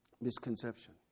misconception